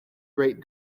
great